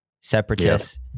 separatists